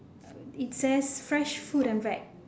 it says fresh fruit and veg